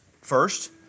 first